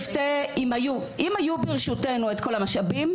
אם היו ברשותנו את כל המשאבים,